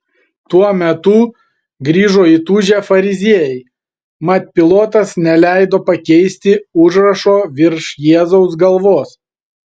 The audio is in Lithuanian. tuo metu grįžo įtūžę fariziejai mat pilotas neleido pakeisti užrašo virš jėzaus galvos